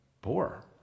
poor